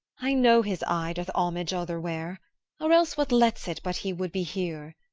i know his eye doth homage otherwhere or else what lets it but he would be here?